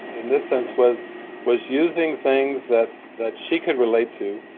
in this sense, was was using things that that she could relate to,